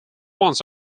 ones